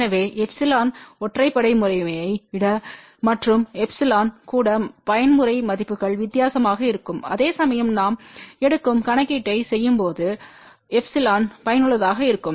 எனவே எப்சிலோன் ஒற்றைப்படை முறைமையை விட மற்றும் எப்சிலன் கூட பயன்முறை மதிப்புகள் வித்தியாசமாக இருக்கும் அதேசமயம் நாம் எடுக்கும் கணக்கீட்டைச் செய்யும்போது எப்சிலன் பயனுள்ளதாக இருக்கும்